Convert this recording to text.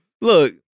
look